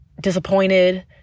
disappointed